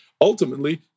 ultimately